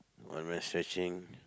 one man stretching